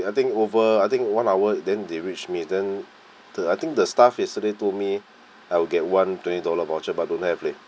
I think over I think one hour then they reach me then the I think the staff yesterday told me I'll get one twenty dollar voucher but don't have leh